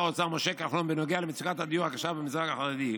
האוצר משה כחלון בנוגע למצוקת הדיור הקשה במגזר החרדי,